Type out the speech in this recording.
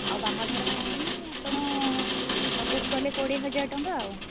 ଆଉ ବାହାଘର ପାଇଁ ଆପଣ ବୁକ୍ କଲେ କୋଡ଼ିଏ ହଜାର ଟଙ୍କା ଆଉ